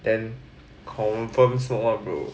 then confirm shook [one] bro